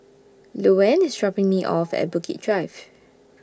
Luanne IS dropping Me off At Bukit Drive